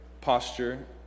posture